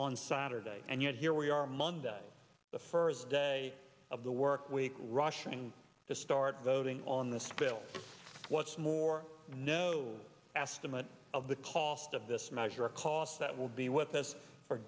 on saturday and yet here we are monday the first day of the work week rushing to start voting on this bill what's more no estimate of the cost of this measure a cost that will be with us for